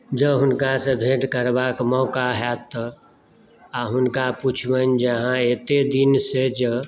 जँ हुनकासँ भेँट करबाक मौका हैत तऽ आ हुनका पुछबनि जे अहाँ एतेक दिनसँ जंँ